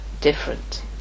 different